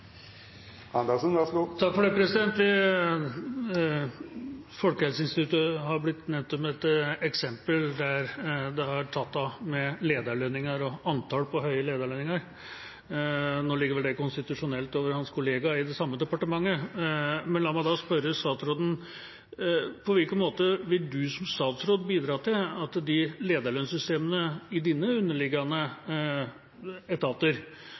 det. Folkehelseinstituttet har blitt nevnt som et eksempel på at det har tatt av når det gjelder lederlønninger og antallet med høye lederlønninger. Nå ligger vel det konstitusjonelt sett til hans kollega i samme departement, men la meg spørre statsråden: På hvilken måte vil du som statsråd bidra i dine underliggende etater, helseregioner osv., og er du enig i